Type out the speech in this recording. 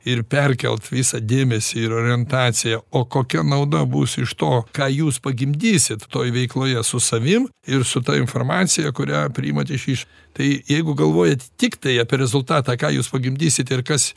ir perkelt visą dėmesį ir orientaciją o kokia nauda bus iš to ką jūs pagimdysit toj veikloje su savim ir su ta informacija kurią priimat iš iš tai jeigu galvojat tiktai apie rezultatą ką jūs pagimdysit ir kas